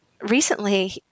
recently